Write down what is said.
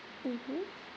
mmhmm